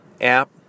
app